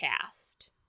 cast